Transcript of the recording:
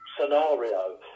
scenario